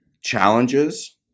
challenges